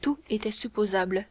tout était supposable